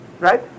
Right